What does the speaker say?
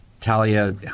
Talia